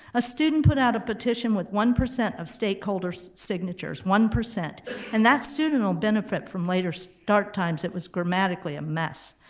a student put out a petition with one percent of stakeholders' signatures, one. and that student will benefit from later start times. it was grammatically a mess.